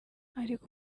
ariko